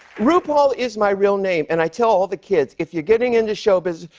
rupaul is my real name. and i tell all the kids, if you are getting into show business,